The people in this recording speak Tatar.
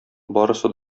барысы